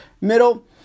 Middle